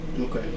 Okay